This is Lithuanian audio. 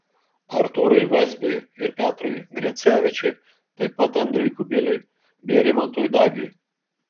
artūrui vazbiui ir petrui grecevičiui taip pat andriui kubiliui bei rimantui dagiui